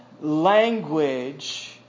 language